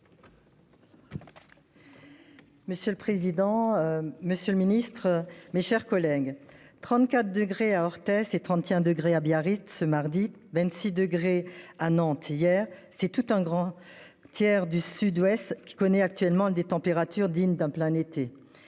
Monsieur le président, monsieur le ministre, mes chers collègues, 34 degrés à Orthez et 31 degrés à Biarritz ce mardi, 26 degrés à Nantes hier : un bon tiers sud-ouest de la France connaît actuellement des températures dignes d'un plein été.